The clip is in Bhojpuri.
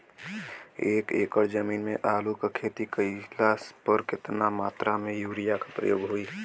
एक एकड़ जमीन में आलू क खेती कइला पर कितना मात्रा में यूरिया क प्रयोग होई?